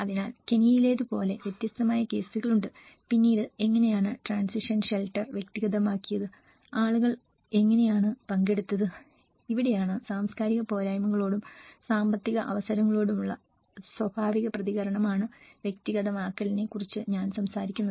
അതിനാൽ കെനിയയിലേതുപോലെ വ്യത്യസ്തമായ കേസുകളുണ്ട് പിന്നീട് എങ്ങനെയാണ് ട്രാൻസിഷൻ ഷെൽട്ടർ വ്യക്തിഗതമാക്കിയത് ആളുകൾ എങ്ങനെയാണ് പങ്കെടുത്തത് ഇവിടെയാണ് സാംസ്കാരിക പോരായ്മകളോടും സാമ്പത്തിക അവസരങ്ങളോടുമുള്ള സ്വാഭാവിക പ്രതികരണമാണ് വ്യക്തിഗതമാക്കലിനെ കുറിച്ച് ഞാൻ സംസാരിക്കുന്നത്